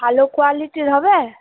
ভালো কোয়ালিটির হবে